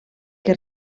que